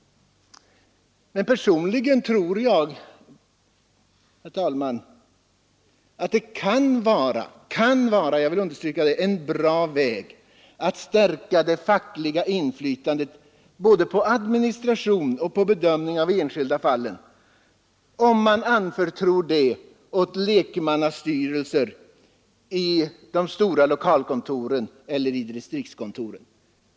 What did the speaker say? Personligen tror jag, herr talman, att det kan vara en bra väg att stärka det fackliga inflytandet både på administration och på bedömning av enskilda fall, om man anförtror detta åt lekmannastyrelser på de stora lokalkontoren och distriktskontoren.